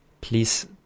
Please